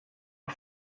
are